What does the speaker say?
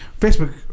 facebook